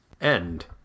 End